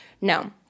No